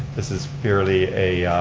this is purely a